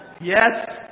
Yes